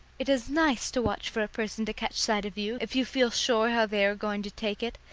it is nice to watch for a person to catch sight of you if you feel sure how they are going to take it,